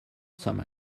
some